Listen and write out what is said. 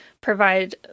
provide